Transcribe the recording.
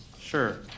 Sure